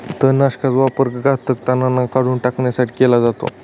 तणनाशकाचा वापर घातक तणांना काढून टाकण्यासाठी केला जातो